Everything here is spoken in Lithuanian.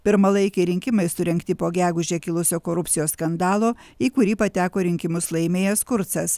pirmalaikiai rinkimai surengti po gegužę kilusio korupcijos skandalo į kurį pateko rinkimus laimėjęs kurcas